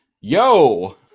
yo